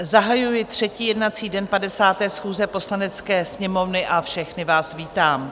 Zahajuji třetí jednací den 50. schůze Poslanecké sněmovny a všechny vás vítám.